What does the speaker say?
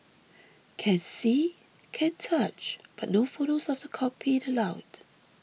can see can touch but no photos of the cockpit allowed